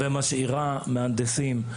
ומשאירה מהנדסים,